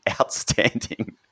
outstanding